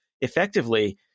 effectively